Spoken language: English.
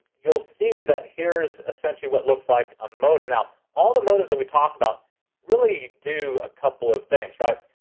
you'll see that here's essentially what looks like a modem. now all the modems that we talked about really do a couple of things, right?